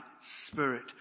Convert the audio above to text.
spirit